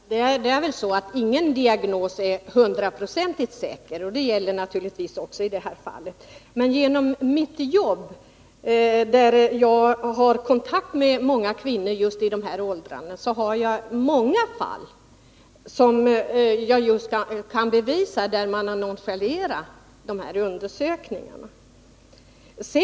Fru talman! Det är väl så att ingen diagnos är hundraprocentigt säker; det gäller naturligtvis också i det här fallet. Genom mitt jobb, där jag har fått kontakt med många kvinnor i de aktuella åldrarna, känner jag till många fall där jag kan bevisa att man har nonchalerat dessa undersökningar.